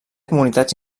comunitats